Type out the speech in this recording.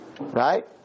right